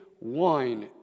wine